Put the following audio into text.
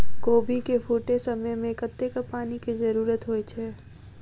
कोबी केँ फूटे समय मे कतेक पानि केँ जरूरत होइ छै?